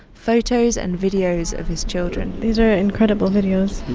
photos and videos of his children these are incredible videos.